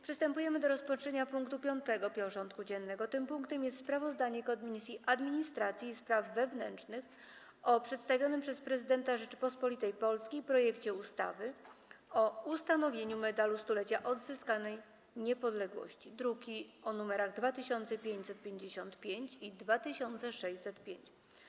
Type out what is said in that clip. Przystępujemy do rozpatrzenia punktu 5. porządku dziennego: Sprawozdanie Komisji Administracji i Spraw Wewnętrznych o przedstawionym przez Prezydenta Rzeczypospolitej Polskiej projekcie ustawy o ustanowieniu Medalu Stulecia Odzyskanej Niepodległości (druki nr 2555 i 2605)